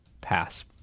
pass